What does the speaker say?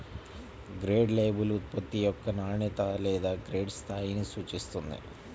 grade label ఉత్పత్తి యొక్క నాణ్యత లేదా గ్రేడ్ స్థాయిని సూచిస్తుంది